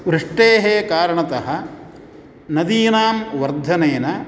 वृष्टेः कारणतः नदीनां वर्धनेन